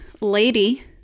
lady